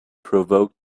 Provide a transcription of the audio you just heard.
provoked